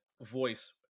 voice